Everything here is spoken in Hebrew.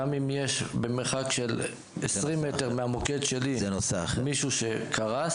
גם אם יש במרחק של 20 מטר מהמוקד שלי מישהו שקרס,